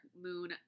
moon